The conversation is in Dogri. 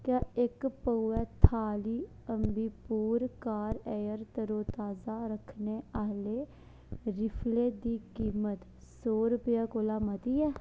क्या इक पउआ थाली अम्बीपुर कार एयर तरोताजा रक्खने आह्ले रिफलें दी कीमत सौ रपेंऽ कोला मती ऐ